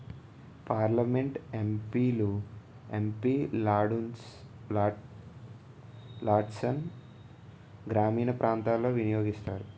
parliament MP లు MP లాడ్సును గ్రామీణ ప్రాంతాలలో వినియోగిస్తారు